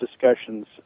discussions